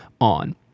on